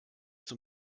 zum